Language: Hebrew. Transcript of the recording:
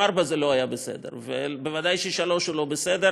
גם 4 זה לא היה בסדר וודאי ש-3 הוא לא בסדר.